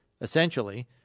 essentially